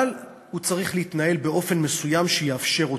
אבל הוא צריך להתנהל באופן מסוים שיאפשר אותן.